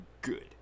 good